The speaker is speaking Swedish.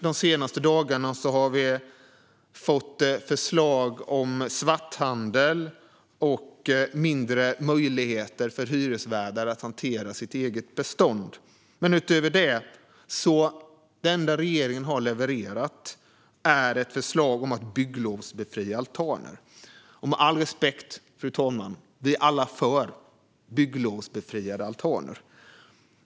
De senaste dagarna har vi hört förslag om svarthandel och mindre möjligheter för hyresvärdar att hantera sitt eget bestånd. Men utöver det är det enda förslag regeringen har levererat ett förslag om att bygglovsbefria altaner. Med all respekt, fru talman: Vi är alla för bygglovsbefriade altaner.